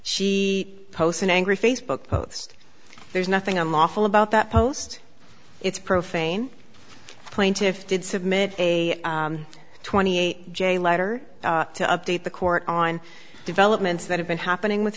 she posts an angry facebook post there's nothing unlawful about that post it's profane plaintiffs did submit a twenty eight j letter to update the court on developments that have been happening with